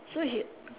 so he